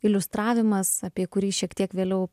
iliustravimas apie kurį šiek tiek vėliau